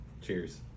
Cheers